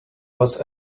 was